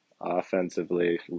offensively